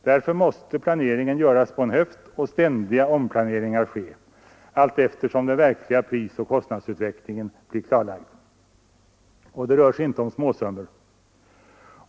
Därför måste planeringen göras på en höft och ständiga omplaneringar ske, allteftersom den verkliga prisoch kostnadsutvecklingen blir klarlagd. Och det rör sig inte om småsummor.